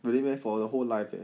really meh for the whole life leh